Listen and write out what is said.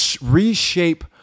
reshape